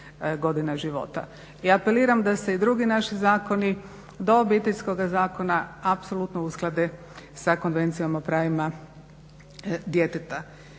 godina života. I apeliram da se i drugi naši zakoni do Obiteljskoga zakona apsolutno usklade sa Konvencijom o pravima djeteta.